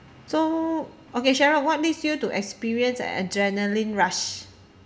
so okay cheryl what leads you to experience an adrenaline rush